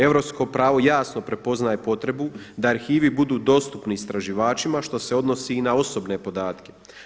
Europsko pravo jasno prepoznaje potrebu da arhivi budu dostupni istraživačima što se odnosi i na osobne podatke.